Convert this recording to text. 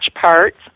parts